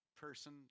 person